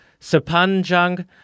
sepanjang